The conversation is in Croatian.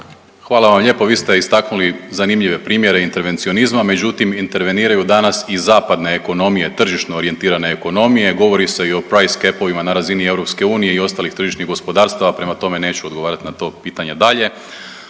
Hvala vam lijepo. Vi ste istaknuli zanimljive primjere intervencionizma, međutim interveniraju danas i zapadne ekonomije tržišno orijentirane ekonomije. Govori se i o price capovima na razini EU i ostalih tržišnih gospodarstava, prema tome neću odgovarati na to pitanje dalje.